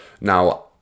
now